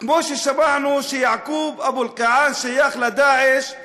כמו ששמענו שיעקוב אבו אלקיעאן שייך ל"דאעש";